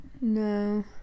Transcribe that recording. No